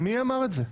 מי אמר את זה?